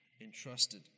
entrusted